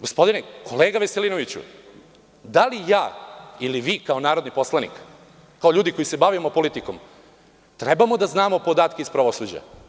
Gospodine, kolega Veselinoviću, da li ja ili vi kao narodni poslanik, kao ljudi koji se bavimo politikom, treba da znamo podatke iz pravosuđa?